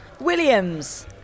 Williams